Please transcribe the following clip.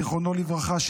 זיכרונו לברכה,